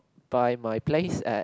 by my place at